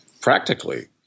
practically